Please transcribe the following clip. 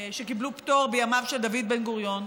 שקיבלו פטור בימיו של דוד בן-גוריון,